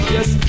Yes